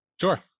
Sure